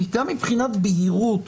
גם מבחינת בהירות,